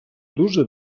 дуже